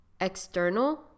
external